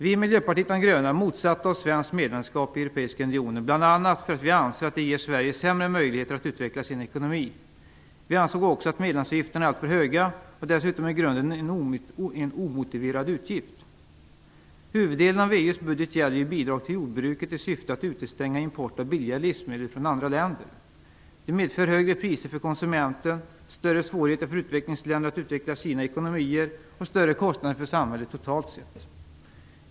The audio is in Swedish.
Vi i Miljöpartiet den gröna motsatte oss svenskt medlemskap i den europeiska unionen bl.a. därför att vi anser att det ger Sverige sämre möjligheter att utveckla sin ekonomi. Vi anser också att medlemsavgifterna är alltför höga och dessutom i grunden en omotiverad utgift. Huvuddelen av EU:s budget gäller ju bidrag till jordbruket i syfte att utestänga import av billiga livsmedel från andra länder. Det medför högre priser för konsumenten, större svårigheter för utvecklingsländerna att utveckla sina ekonomier och större kostnader för samhället totalt sett.